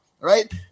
Right